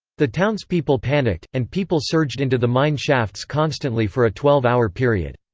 the townspeople panicked, and people surged into the mine-shafts constantly for a twelve hour period.